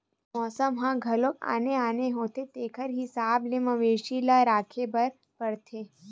मउसम ह घलो आने आने होथे तेखर हिसाब ले मवेशी ल राखे बर परथे